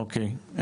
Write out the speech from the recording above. אוקיי.